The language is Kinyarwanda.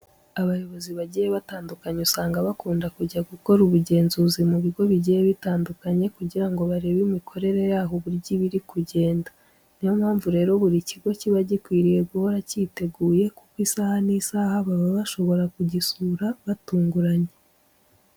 Abayobozi bagiye batandukanye usanga bakunda kujya gukora ubugenzuzi mu bigo bigiye bitandukanye kugira ngo barebe imikorere yaho uburyo iba iri kugenda. Ni yo mpamvu rero buri kigo kiba gikwiriye guhora cyiteguye kuko isaha n'isaha baba bashobora kugisura batunguranye.